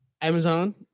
Amazon